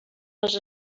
les